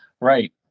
Right